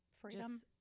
freedom